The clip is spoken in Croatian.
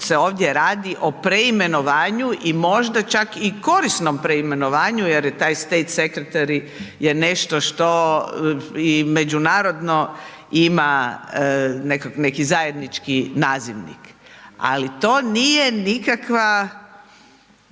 se ovdje radi o preimenovanju i možda čak i korisnom preimenovanju jer je taj State Sekretary je nešto što i međunarodno ima neki zajednički nazivnik, ali to nije nikakva